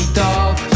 dog